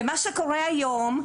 מה שקורה היום,